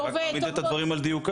אני רק מעמיד את הדברים על דיוקם.